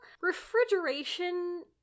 refrigeration